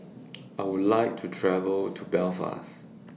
I Would like to travel to Belfast